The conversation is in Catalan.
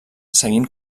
seguint